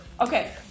Okay